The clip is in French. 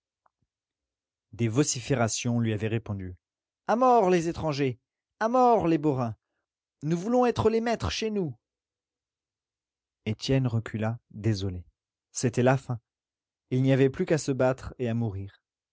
des vociférations lui avaient répondu a mort les étrangers à mort les borains nous voulons être les maîtres chez nous étienne recula désolé c'était la fin il n'y avait plus qu'à se battre et à mourir